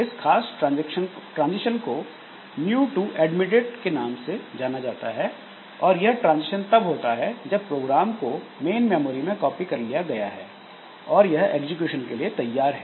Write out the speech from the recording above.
इस खास ट्रांजिशन को न्यू टू एडमिटेड के नाम से जाना जाता है और यह ट्रांजिशन तब होता है जब प्रोग्राम को मेन मेमोरी में कॉपी कर लिया गया है और यह एग्जीक्यूशन के लिए तैयार है